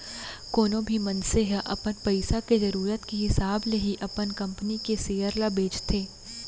कोनो भी मनसे ह अपन पइसा के जरूरत के हिसाब ले ही अपन कंपनी के सेयर ल बेचथे